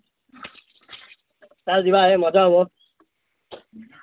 ଚାଲ ଯିବା ଏ ମଜା ହେବ